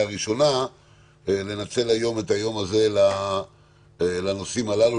הראשונה - לנצל את היום הזה לנושאים הללו,